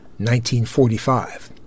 1945